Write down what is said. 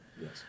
Yes